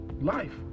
life